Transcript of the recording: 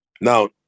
now